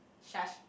shush